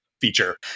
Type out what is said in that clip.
feature